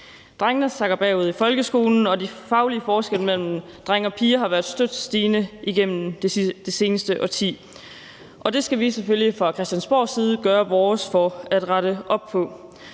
Drengene sakker bagud i folkeskolen, og de faglige forskelle mellem drenge og piger har været støt stigende gennem det seneste årti. Det skal vi selvfølgelig fra Christiansborgs side gøre vores for at rette op på,